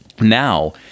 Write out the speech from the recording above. Now